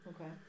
Okay